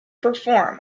perform